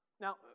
Now